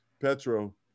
Petro